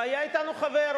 והיה אתנו חבר,